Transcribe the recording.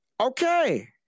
Okay